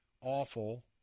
awful